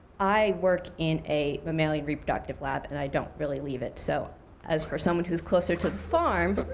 i work in a mammalian reproductive lab and i don't really leave it. so as for someone who is closer to the farm,